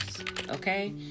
okay